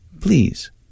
Please